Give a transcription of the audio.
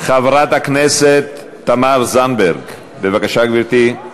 חברת הכנסת תמר זנדברג, בבקשה, גברתי,